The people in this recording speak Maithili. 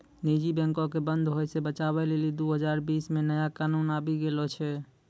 निजी बैंको के बंद होय से बचाबै लेली दु हजार बीस मे नया कानून आबि गेलो छै